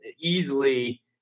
easily